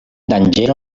danĝero